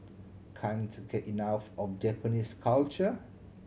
can't get enough of Japanese culture